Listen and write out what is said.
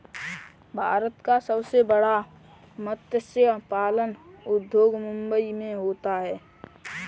भारत का सबसे बड़ा मत्स्य पालन उद्योग मुंबई मैं होता है